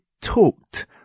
talked